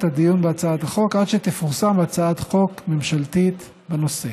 הדיון בהצעת החוק עד שתפורסם הצעת חוק ממשלתית בנושא.